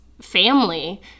family